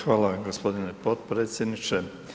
Hvala gospodine podpredsjedniče.